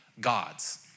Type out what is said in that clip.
God's